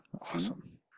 awesome